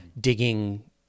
digging